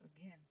again